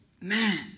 man